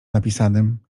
napisanym